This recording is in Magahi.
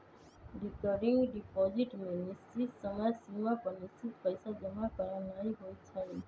रिकरिंग डिपॉजिट में निश्चित समय सिमा पर निश्चित पइसा जमा करानाइ होइ छइ